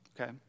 Okay